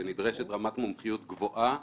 נדרשת רמת מומחיות גבוהה